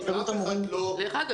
כולנו --- דרך אגב,